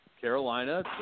Carolina